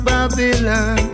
Babylon